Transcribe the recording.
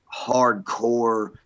hardcore